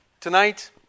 tonight